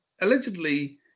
Allegedly